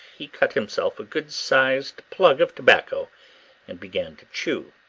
he cut himself a good-sized plug of tobacco and began to chew.